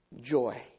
joy